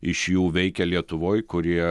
iš jų veikia lietuvoj kurie